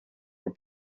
were